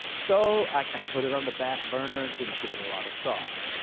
so i kind of put it on the back burner, didn't give it a lot of thought.